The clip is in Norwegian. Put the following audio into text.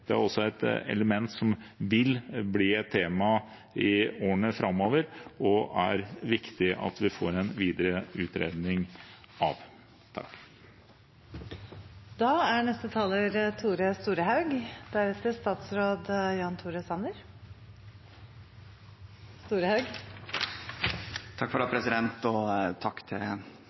hvor de også kan være ledere internasjonalt. Jeg ser fram til vurderingen av risikobasert forhåndsfiltrering. Det er også et element som vil bli et tema i årene framover, og som det er viktig at vi får en videre utredning av. Takk til